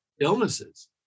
illnesses